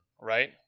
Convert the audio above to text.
right